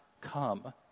come